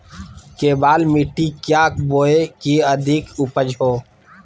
केबाल मिट्टी क्या बोए की अधिक उपज हो?